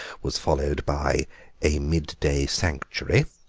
was followed by a mid-day sanctuary,